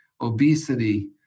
obesity